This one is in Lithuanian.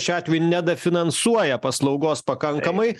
šiuo atveju nebefinansuoja paslaugos pakankamai